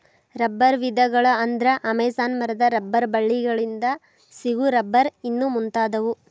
ರಬ್ಬರ ವಿಧಗಳ ಅಂದ್ರ ಅಮೇಜಾನ ಮರದ ರಬ್ಬರ ಬಳ್ಳಿ ಗಳಿಂದ ಸಿಗು ರಬ್ಬರ್ ಇನ್ನು ಮುಂತಾದವು